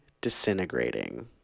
disintegrating